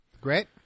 Great